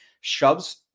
Shoves